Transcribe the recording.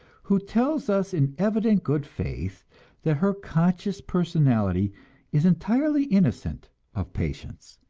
who tells us in evident good faith that her conscious personality is entirely innocent of patience,